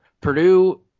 Purdue